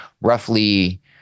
roughly